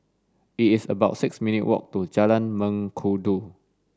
it is about six minutes' walk to Jalan Mengkudu